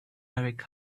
erik